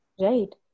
Right